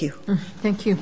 you thank you